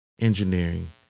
engineering